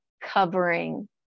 covering